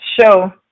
show